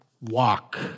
walk